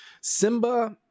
simba